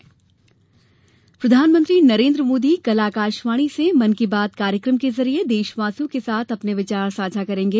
मन की बात प्रधानमंत्री नरेन्द्र मोदी कल आकाशवाणी से मन की बात कार्यक्रम के जरिए देशवासियों के साथ अपने विचार साझा करेंगे